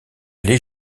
aller